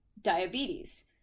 diabetes